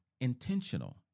intentional